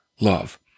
love